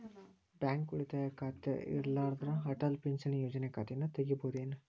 Bank ಉಳಿತಾಯ ಖಾತೆ ಇರ್ಲಾರ್ದ ಅಟಲ್ ಪಿಂಚಣಿ ಯೋಜನೆ ಖಾತೆಯನ್ನು ತೆಗಿಬಹುದೇನು?